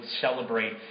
celebrate